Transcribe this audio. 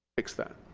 fix that?